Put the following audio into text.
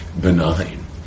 benign